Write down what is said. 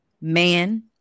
man